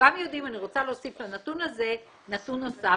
אני רוצה להוסיף לנתון הזה נתון נוסף,